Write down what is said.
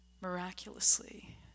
Miraculously